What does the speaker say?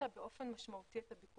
והפחיתה באופן משמעותי את הביקושים.